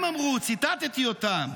הם אמרו, ציטטתי אותם.